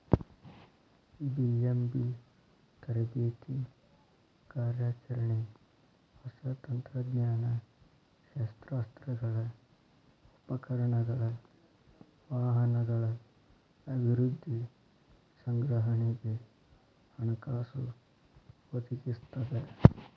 BMB ತರಬೇತಿ ಕಾರ್ಯಾಚರಣೆ ಹೊಸ ತಂತ್ರಜ್ಞಾನ ಶಸ್ತ್ರಾಸ್ತ್ರಗಳ ಉಪಕರಣಗಳ ವಾಹನಗಳ ಅಭಿವೃದ್ಧಿ ಸಂಗ್ರಹಣೆಗೆ ಹಣಕಾಸು ಒದಗಿಸ್ತದ